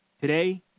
Today